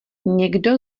někdo